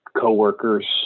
coworkers